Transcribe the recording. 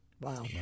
wow